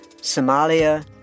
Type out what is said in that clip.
Somalia